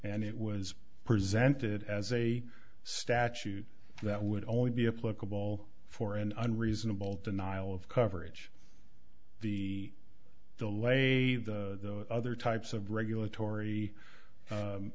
and it was presented as a statute that would only be a political for an unreasonable denial of coverage the de lay the other types of regulatory